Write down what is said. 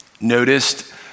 noticed